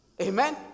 Amen